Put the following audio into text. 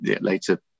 later